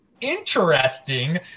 interesting